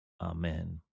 Amen